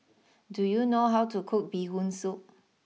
do you know how to cook Bee Hoon Soup